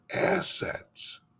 assets